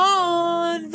on